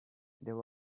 there